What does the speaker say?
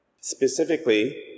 specifically